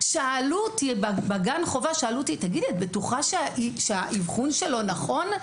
שאלו אותי בגן החובה: את בטוחה שהאבחון שלו נכון?